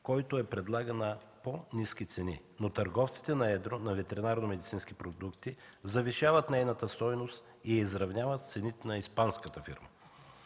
който я предлага на по-ниски цени, но търговците на едро на ветeринарномедицински продукти завишават нейната стойност и я изравняват с цените на испанската фирма.